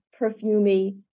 perfumey